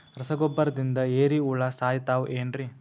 ರಸಗೊಬ್ಬರದಿಂದ ಏರಿಹುಳ ಸಾಯತಾವ್ ಏನ್ರಿ?